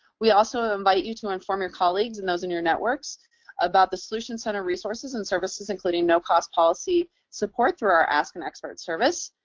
we also invite you to inform your colleagues and those in your networks about the solutions center resources and services, including no-cost policy support through our ask an expert service.